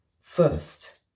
First